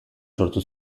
sortu